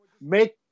make